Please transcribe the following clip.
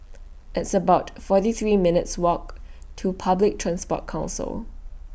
It's about forty three minutes' Walk to Public Transport Council